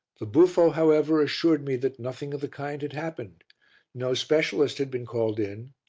the buffo, however, assured me that nothing of the kind had happened no specialist had been called in,